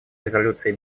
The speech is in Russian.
резолюции